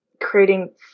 creating